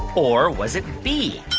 or was it b,